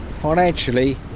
financially